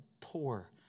poor